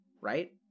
Right